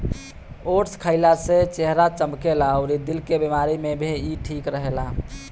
oats खाइला से चेहरा चमकेला अउरी दिल के बेमारी में भी इ ठीक रहेला